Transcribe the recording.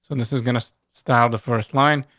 and this is gonna style the first line.